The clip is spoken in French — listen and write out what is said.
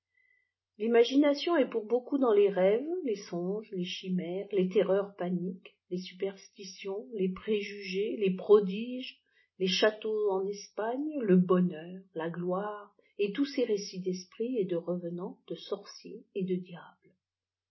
l'imagination est pour beaucoup dans les rêves les songes les chimères les terreurs paniques les superstitions les préjugés les prodiges les châteaux en espagne le bonheur la gloire et toiï ces rédts d'esprits et de revenants de sorciers et da diables